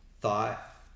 thought